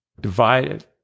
divided